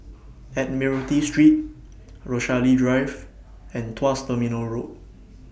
Admiralty Street Rochalie Drive and Tuas Terminal Road